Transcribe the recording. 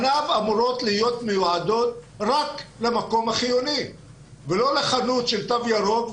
פניו אמורות להיות מיועדות רק למקום החיוני ולא לחנות של תו ירוק,